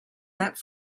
that